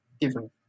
given